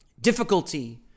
difficulty